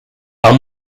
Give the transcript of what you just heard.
are